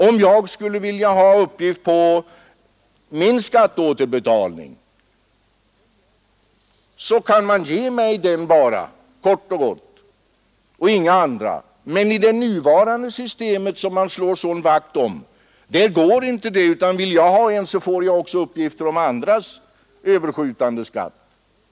Om jag skulle vilja ha uppgift på min skatteåterbetalning så kan registret kort och gott ge mig den och inga andra uppgifter. I det nuvarande systemet, som man slår sådan vakt om, går inte det, utan vill jag ha en uppgift så får jag också uppgifter om andras öÖverskjutande skatt.